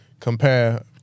compare